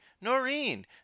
Noreen